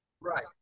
Right